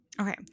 Okay